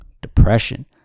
depression